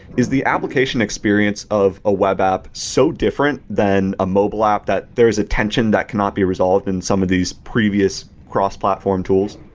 is the application experience of a web app so different than a mobile app that there is a tension that cannot be resolved in some of these previous cross-platform tools?